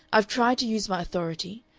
i've tried to use my authority.